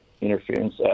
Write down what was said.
interference